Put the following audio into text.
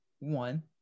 One